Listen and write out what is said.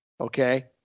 okay